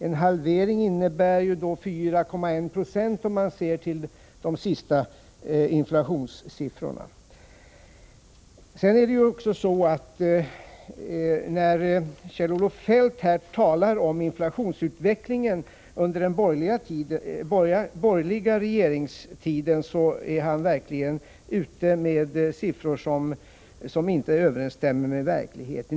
En halvering innebär ju 4,1 9, om man ser till de sista inflationssiffrorna. När Kjell-Olof Feldt här talar om inflationsutvecklingen under den borgerliga regeringstiden är han verkligen ute med siffror som inte överensstämmer med verkligheten.